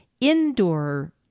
indoor